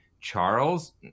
Charles